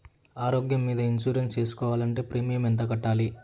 ఆరోగ్యం మీద ఇన్సూరెన్సు సేసుకోవాలంటే ప్రీమియం ఎంత కట్టాలి?